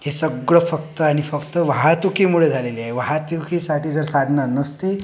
हे सगळं फक्त आणि फक्त वाहतुकीमुळे झालेले आहे वाहतुकीसाठी जर साधनं नसती